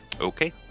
Okay